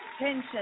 attention